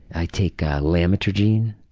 i take lamotrigine.